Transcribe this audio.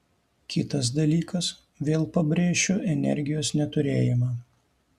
kitas dalykas vėl pabrėšiu energijos neturėjimą